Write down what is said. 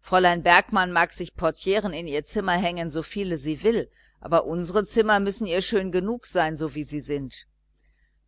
fräulein bergmann mag sich portieren in ihr zimmer hängen so viel sie will aber unsere zimmer müssen ihr schön genug sein so wie sie sind